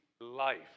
life